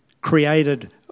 created